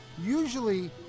usually